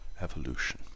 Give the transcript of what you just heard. evolution